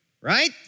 right